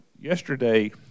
yesterday